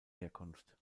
herkunft